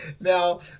Now